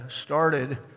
started